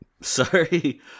Sorry